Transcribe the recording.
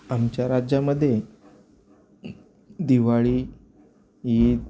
आमच्या राज्यामध्ये दिवाळी ईद